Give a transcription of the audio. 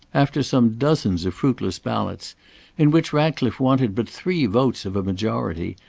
after some dozens of fruitless ballots in which ratcliffe wanted but three votes of a majority,